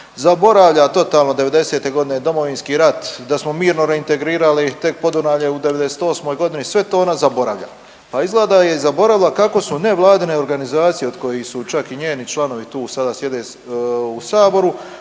zaboravlja totalno '90.-te godine, da smo mirno reintegrirali tak Podunavlje u '98. godini, sve to ona zaboravlja. Pa izgleda da je i zaboravila kako su nevladine organizacije od kojih su čak i njeni članovi tu sada sjede u saboru